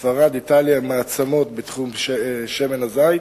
ספרד ואיטליה הן מעצמות בתחום שמן הזית.